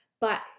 but-